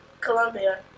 Colombia